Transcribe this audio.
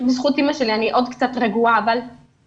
בזכות אמא שלי אני עוד קצת רגועה, אבל